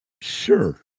sure